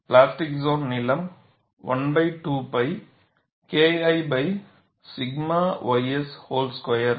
plastic zone நீளம் 12 pi KI 𝛔 ys whole square